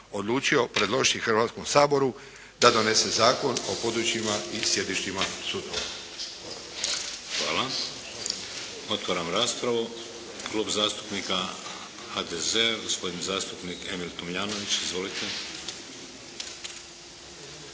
odlučio predložiti Hrvatskom saboru da donese Zakon o područjima i sjedištima sudova.